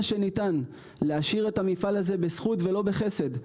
שניתן להשאיר את המפעל הזה בזכות ולא בחסד.